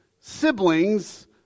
siblings